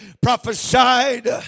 prophesied